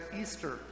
Easter